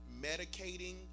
medicating